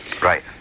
Right